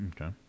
okay